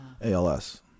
ALS